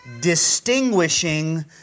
distinguishing